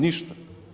Ništa.